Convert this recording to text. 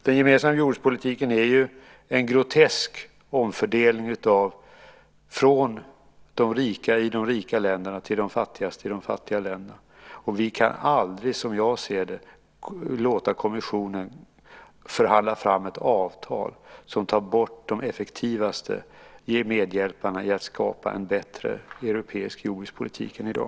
Den gemensamma jordbrukspolitiken är ju en grotesk omfördelning mellan de rika i de rika länderna och de fattigaste i de fattigaste länderna, och som jag ser det kan vi aldrig låta kommissionen förhandla fram ett avtal som tar bort de effektivaste medhjälparna i att skapa en bättre europeisk jordbrukspolitik än i dag.